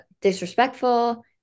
disrespectful